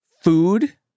Food